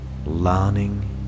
Learning